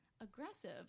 aggressive